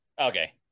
Okay